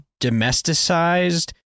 domesticized